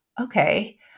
okay